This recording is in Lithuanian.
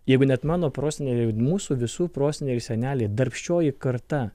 jeigu net mano proseneliai mūsų visų proseneliai ir seneliai darbščioji karta